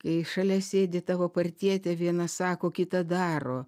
kai šalia sėdi tavo partietė vieną sako kitą daro